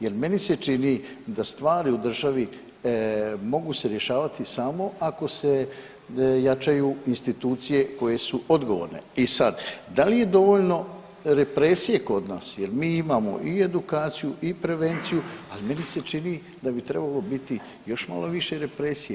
Jer meni se čini da stvari u državi mogu se rješavati samo ako se jačaju institucije koje su odgovorne i sad da li je dovoljno represije kod nas jel mi imamo i edukaciju i prevenciju, ali meni se čini da bi trebalo biti još malo više represije.